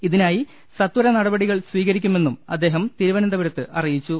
ഇതിനായി സത്വര നടപടികൾ സ്വീകരിക്കുമെന്നും അദ്ദേഹം തിരുവനന്തപുരത്ത് അറിയിച്ചു